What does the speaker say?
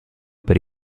per